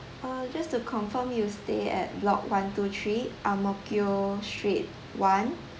uh just to confirm you stay at block one two three ang mo kio street one